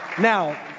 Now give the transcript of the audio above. Now